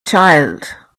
child